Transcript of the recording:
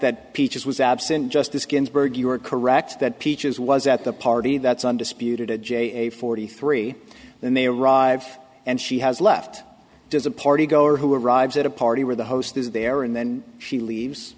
that peaches was absent justice ginsburg you are correct that peaches was at the party that's undisputed a j a forty three then they arrive and she has left does a party goer who arrives at a party where the host is there and then she leaves